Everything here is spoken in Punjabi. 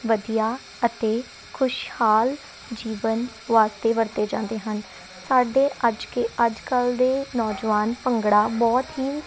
ਵਧੀਆ ਅਤੇ ਖੁਸ਼ਹਾਲ ਜੀਵਨ ਵਾਸਤੇ ਵਰਤੇ ਜਾਂਦੇ ਹਨ ਸਾਡੇ ਅੱਜ ਕੇ ਅੱਜ ਕੱਲ੍ਹ ਦੇ ਨੌਜਵਾਨ ਭੰਗੜਾ ਬਹੁਤ ਹੀ